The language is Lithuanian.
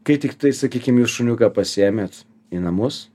kai tiktai sakykim jūs šuniuką pasiėmėt į namus